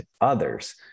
others